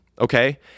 okay